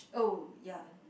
oh ya